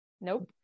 Nope